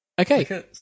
Okay